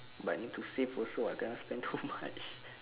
but need to save also [what] cannot spend too much